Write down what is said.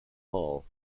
paul